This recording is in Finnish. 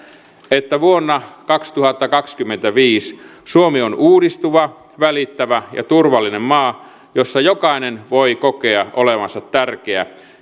että vuonna kaksituhattakaksikymmentäviisi suomi on uudistuva välittävä ja turvallinen maa jossa jokainen voi kokea olevansa tärkeä